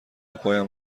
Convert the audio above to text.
پایم